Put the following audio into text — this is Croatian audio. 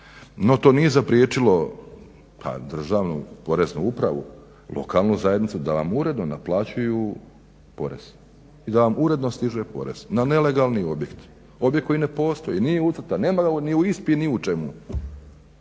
No, to nije zapriječilo pa državnu Poreznu upravu, lokalnu zajednicu da nam uredno naplaćuju porez i da nam uredno stiže porez na nelegalni objekt, objekt koji ne postoji, nije ucrtan, nema ga ni u ISPU-i ni u čemu,